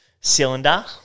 cylinder